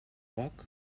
poc